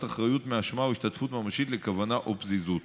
אחריות מאשמה או השתתפות ממשית לכוונה או פזיזות.